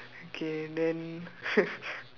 okay then